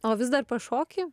o vis dar pašoki